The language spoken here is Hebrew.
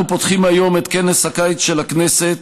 אנו פותחים היום את כנס הקיץ של הכנסת,